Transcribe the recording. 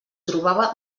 trobava